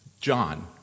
John